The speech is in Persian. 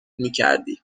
میکردی